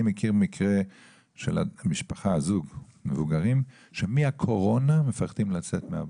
אני מכיר מקרה של זוג מבוגרים שמאז הקורונה מפחדים לצאת מהבית,